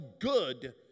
good